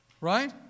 Right